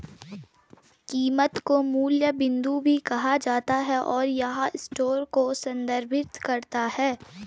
कीमत को मूल्य बिंदु भी कहा जाता है, और यह स्टोर को संदर्भित करता है